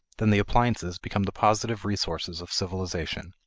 then the appliances become the positive resources of civilization.